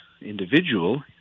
individual